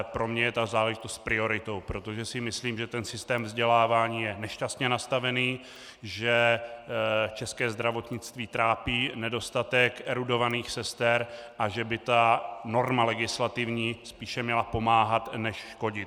Pro mě je ta záležitost prioritou, protože si myslím, že systém vzdělávání je nešťastně nastavený, že české zdravotnictví trápí nedostatek erudovaných sester a že by ta legislativní norma spíše měla pomáhat než škodit.